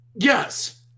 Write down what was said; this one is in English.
Yes